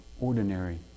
ordinary